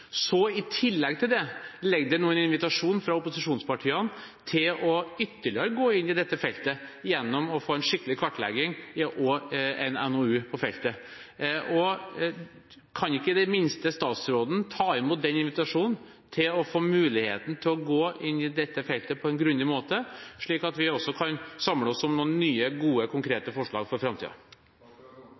Så – i tillegg til det – ligger det nå en invitasjon fra opposisjonspartiene til ytterligere å gå inn i dette feltet ved å få en skikkelig kartlegging og en NOU på feltet. Kan ikke statsråden i det minste ta imot den invitasjonen til å få muligheten til å gå inn i dette feltet på en grundig måte, slik at vi også kan samle oss om noen nye gode, konkrete forslag for